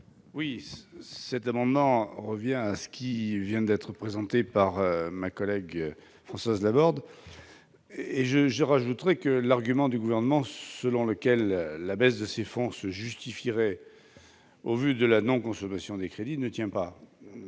Oui, cet amendement revient à ce qui vient d'être présenté par ma collègue Françoise Laborde et je je rajouterai que l'argument du gouvernement selon lequel la baisse de ces fonds se justifierait, au vu de la non-consommation des crédits ne tient pas,